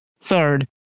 Third